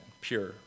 pure